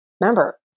remember